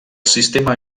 sistema